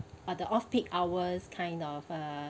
uh the off peak hours kind offer